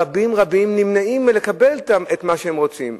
רבים נמנעים מלקבל את מה שהם רוצים.